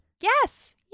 Yes